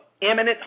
imminent